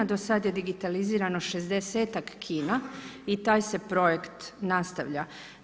Do sada je digitalizirano 60-ak kina i taj se projekt nastavlja.